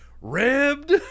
ribbed